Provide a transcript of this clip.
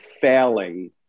failing